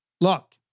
look